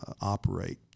operate